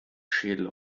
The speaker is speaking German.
schädel